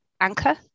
anchor